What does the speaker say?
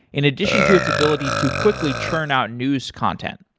in addition to its ability to quickly churn out news content.